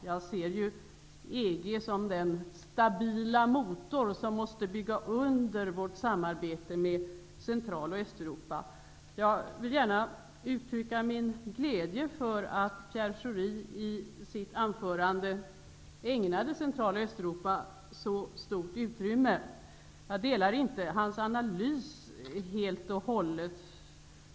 Jag ser EG såsom den stabila motor, som måste bygga under vårt samarbete med Jag vill gärna uttrycka min glädje över att Pierre Schori i sitt anförande ägnade Central och Östeuropa så stort utrymme. Jag delar dock inte hans analys helt och hållet.